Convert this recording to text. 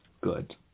Good